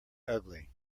ugly